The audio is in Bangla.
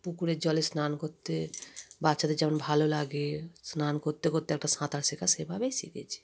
পুকুরের জলে স্নান করতে বাচ্চাদের যেমন ভালো লাগে স্নান করতে করতে একটা সাঁতার শেখা সেভাবেই শিখেছি